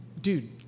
dude